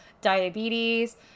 diabetes